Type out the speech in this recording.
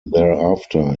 thereafter